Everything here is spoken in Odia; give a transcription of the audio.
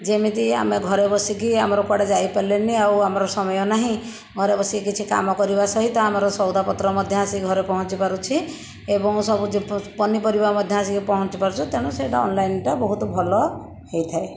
ଯେମିତି ଆମେ ଘରେ ବସିକି ଆମର କୁଆଡ଼େ ଯାଇପାରିଲୁନି ଆଉ ଆମର ସମୟ ନାହିଁ ଘରେ ବସି କିଛି କାମ କରିବା ସହିତ ଆମର ସଉଦା ପତ୍ର ମଧ୍ୟ ଆସିକି ଘରେ ପହଞ୍ଚିପାରୁଛି ଏବଂ ସବୁ ପନିପରିବା ମଧ୍ୟ ଆସିକି ପହଞ୍ଚିପାରୁଛି ତେଣୁ ସେଇଟା ଅନଲାଇନ୍ ଟା ବହୁତ ଭଲ ହେଇଥାଏ